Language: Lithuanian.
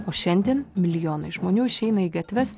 o šiandien milijonai žmonių išeina į gatves